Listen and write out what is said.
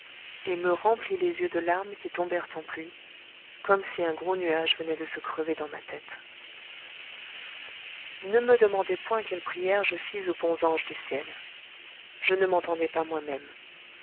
et me remplit les yeux de larmes qui tombèrent en pluie comme si un gros nuage venait de se crever dans ma tête ne me demandez point quelle prière je fis aux bons anges du ciel je ne m'entendais pas moi-même